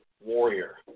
warrior